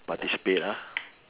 participate lah